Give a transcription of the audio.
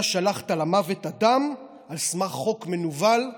אתה שלחת למוות אדם על סמך חוק מנוול,